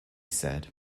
said